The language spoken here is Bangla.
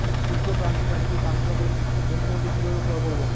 ক্ষুদ্র প্রান্তিক চাষীদের চাষাবাদের যন্ত্রপাতি কিভাবে ক্রয় করব?